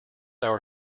our